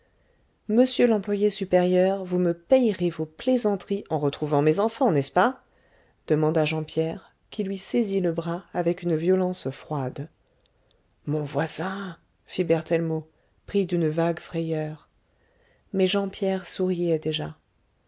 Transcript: monsieur l'employé supérieur vous me payerez vos plaisanteries en retrouvant mes enfants n'est-ce pas demanda jean pierre qui lui saisit le bras avec une violence froide mon voisin fit berthellemot pris d'une vague frayeur mais jean pierre souriait déjà